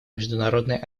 международной